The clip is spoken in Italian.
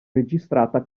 registrata